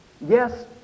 Yes